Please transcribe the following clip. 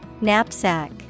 Knapsack